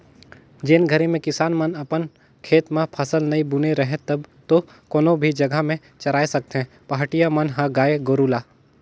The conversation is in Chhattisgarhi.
जेन घरी में किसान मन अपन खेत म फसल नइ बुने रहें तब तो कोनो भी जघा में चराय सकथें पहाटिया मन ह गाय गोरु ल